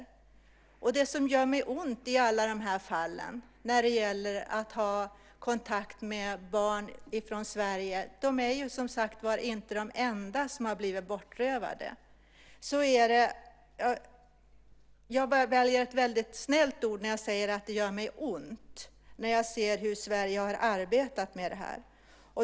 Det som, och nu väljer jag ett väldigt snällt uttryck, gör mig ont i alla de fall där det gäller att ha kontakt med barn från Sverige - de här barnen är som sagt var inte de enda som har blivit bortrövade - är när jag ser hur Sverige har arbetet med det här.